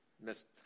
missed